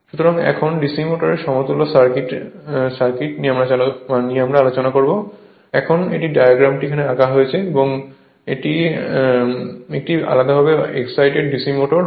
সুতরাং এখন DC মোটরের সমতুল্য সার্কিট এখন এই ডায়াগ্রামটি আঁকা হয়েছে এটি একটি আলাদাভাবে এক্সসাইটেড DC মোটর